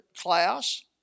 class